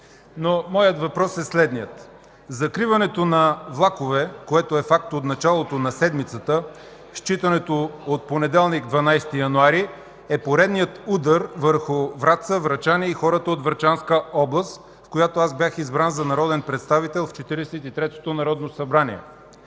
Моят въпрос е следният. Закриването на влакове, което е факт от началото на седмицата, считано от понеделник, 12 януари, е поредният удар върху Враца, врачани и хората от Врачанска област, от която бях избран за народен представител в Четиридесет